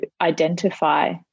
identify